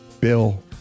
Bill